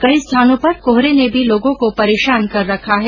कई स्थानों पर कोहरे ने भी लोगों को परेशान कर रखा है